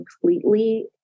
completely